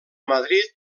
madrid